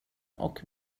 och